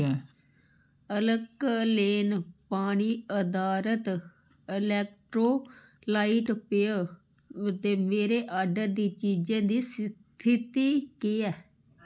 alkaline पानी अधारत electrolyte पेय दे मेरे आर्डर दी चीजें दी स्थिति केह् ऐ